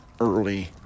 early